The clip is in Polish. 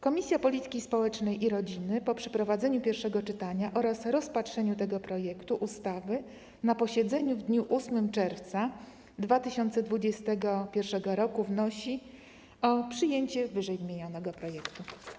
Komisja Polityki Społecznej i Rodziny po przeprowadzeniu pierwszego czytania oraz rozpatrzeniu tego projektu ustawy na posiedzeniu w dniu 8 czerwca 2021 r. wnosi o przyjęcie ww. projektu.